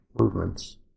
movements